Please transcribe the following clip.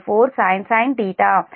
54 sin